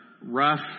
rough